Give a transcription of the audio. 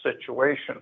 situation